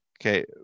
Okay